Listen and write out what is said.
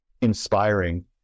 inspiring